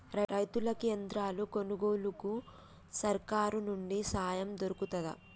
రైతులకి యంత్రాలు కొనుగోలుకు సర్కారు నుండి సాయం దొరుకుతదా?